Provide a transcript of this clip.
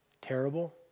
Terrible